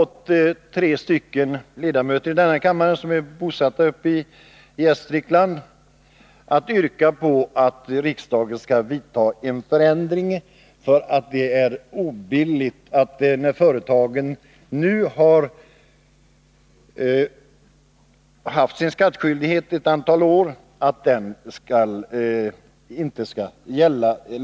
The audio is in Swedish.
Tre ledamöter av denna kammare, bosatta i Gästrikland, har i en motion yrkat att riksdagen skall vidta en förändring av lagen. Man anser att det är obilligt att den skattskyldighet som företagen har haft ett antal år inte längre skall gälla.